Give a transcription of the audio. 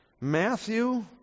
Matthew